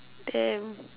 damn